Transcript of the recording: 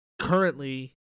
Currently